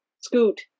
Scoot